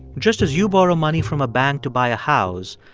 just as you borrow money from a bank to buy a house,